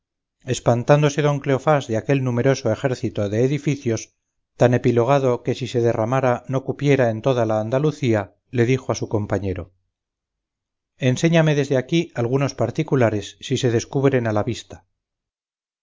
espantándose don cleofás de aquel numeroso ejército de edificios tan epilogado que si se derramara no cupiera en toda la andalucía le dijo a su compañero enséñame desde aquí algunos particulares si se descubren a la vista